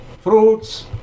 fruits